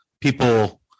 people